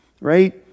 Right